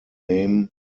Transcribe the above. name